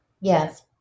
Yes